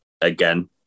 Again